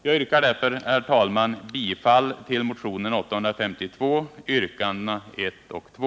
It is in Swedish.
Jag yrkar därför bifall till motionen 852, yrkandena 1 och 2.